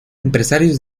empresarios